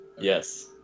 Yes